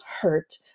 hurt